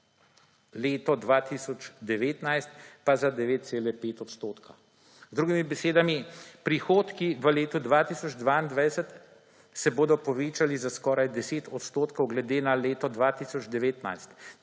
leto 2019 pa za 9,5 odstotka. Z drugimi besedami, prihodki v letu 2022 se bodo povečali za skoraj 10 odstotkov glede na leto 2019.